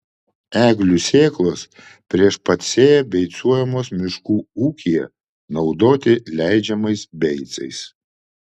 eglių sėklos prieš pat sėją beicuojamos miškų ūkyje naudoti leidžiamais beicais